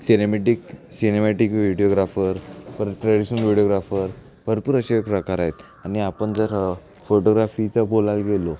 cinematic cinematic videographer परत traditional videographer भरपूर असे प्रकार आहेत आणि आपण जर फोटोग्राफीचं बोलायला गेलो